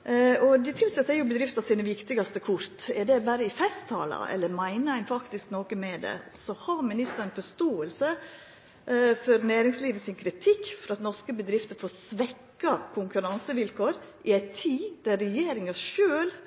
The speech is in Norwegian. Dei tilsette er jo bedrifta sine viktigaste kort. Er det berre i festtalar, eller meiner ein faktisk noko med det? Har ministeren forståing for næringslivet sin kritikk, for at norske bedrifter får svekte konkurransevilkår i ei